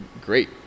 great